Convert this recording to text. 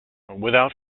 without